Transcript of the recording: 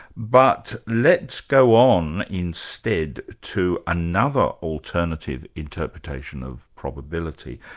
but let's go on instead to another alternative interpretation of probability,